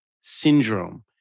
syndrome